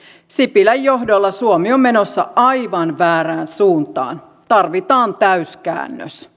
sipilän johdolla suomi on menossa aivan väärään suuntaan tarvitaan täyskäännös